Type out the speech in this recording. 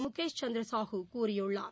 முகேஷ் சந்திரசாஹூ கூறியுள்ளார்